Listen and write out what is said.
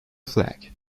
flag